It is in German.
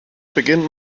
beginnt